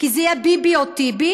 כי זה יהיה ביבי או טיבי.